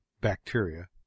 bacteria